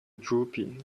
droopy